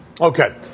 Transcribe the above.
Okay